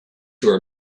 for